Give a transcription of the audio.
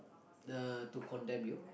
uh to condemn you